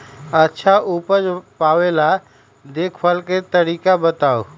अच्छा उपज पावेला देखभाल के तरीका बताऊ?